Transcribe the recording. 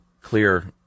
clear